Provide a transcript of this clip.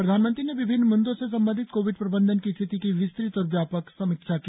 प्रधानमंत्री ने विभिन्न म्द्दों से संबंधित कोविड प्रबंधन की स्थिति की विस्तृत और व्यापक समीक्षा की